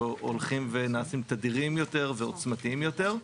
שהולכים ונעשים תדירים יותר ועוצמתיים יותר,